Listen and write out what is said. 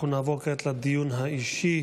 אנחנו נעבור כעת לדיון האישי.